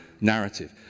narrative